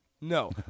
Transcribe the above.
No